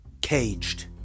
caged